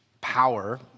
Power